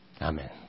Amen